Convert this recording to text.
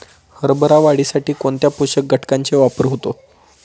हरभरा वाढीसाठी कोणत्या पोषक घटकांचे वापर होतो?